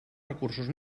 recursos